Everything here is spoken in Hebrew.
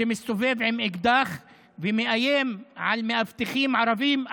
מסתובב עם אקדח ומאיים על מאבטחים ערבים,